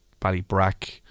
Ballybrack